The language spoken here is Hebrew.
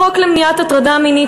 החוק למניעת הטרדה מינית,